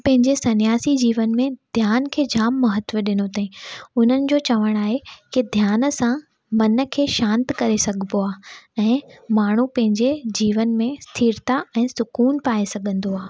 पंहिंजे सन्यासी जीवन में ध्यानु खे जाम महत्व ॾिनो अथईं उन्हनि जो चवनि आहे की ध्यान सां मन खे शांत करे सघबो आहे ऐं माण्हू पंहिंजे जीवन में स्थिरता ऐं सुकून पाए सघंदो आहे